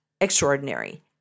extraordinary